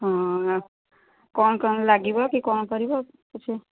ହଁ କ'ଣ କ'ଣ ଲାଗିବ କି କଁ କରିବ କିଛି